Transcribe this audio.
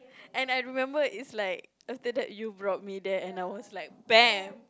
and I remember it's like after that you brought me there and I was like bam